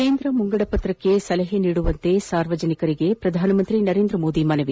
ಕೇಂದ್ರ ಮುಂಗಡಪತ್ರಕ್ಕೆ ಸಲಹೆ ನೀಡುವಂತೆ ಸಾರ್ವಜನಿಕರಿಗೆ ಪ್ರಧಾನಮಂತ್ರಿ ನರೇಂದ್ರ ಮೋದಿ ಮನವಿ